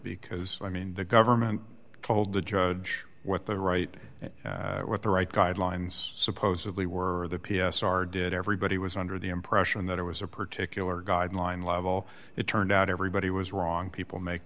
because i mean the government told the judge what the right what the right guidelines supposedly were the p s r did everybody was under the impression that it was a particular guideline level it turned out everybody was wrong people make